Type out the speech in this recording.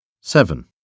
Seven